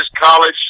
college